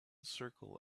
circle